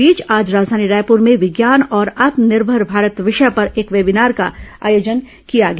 इस बीच आज राजधानी रायपुर में विज्ञान और आत्मनिर्भर भारत विषय पर एक वेबीनार का आयोजन किया गया